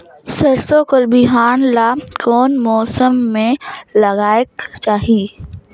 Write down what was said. सरसो कर बिहान ला कोन मौसम मे लगायेक चाही?